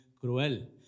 cruel